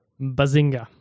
Bazinga